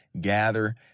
gather